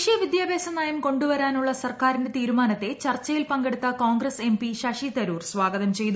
ദേശീയ വിദ്യാഭ്യാസ നയം കൊണ്ടുവരാനുള്ള സർക്കാരിന്റെ തീരുമാനത്തെ ചർച്ചയിൽ പങ്കെടുത്ത കോൺഗ്രസ് എംപി ശശി തരൂർ സ്വാഗതം ചെയ്തു